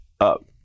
up